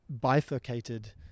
bifurcated